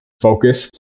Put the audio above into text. focused